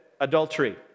adultery